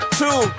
two